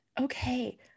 okay